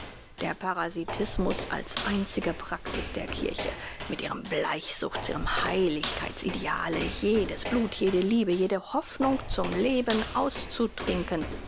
der parasitismus als einzige praxis der kirche mit ihrem bleichsuchts ihrem heiligkeits ideale jedes blut jede liebe jede hoffnung zum leben austrinkend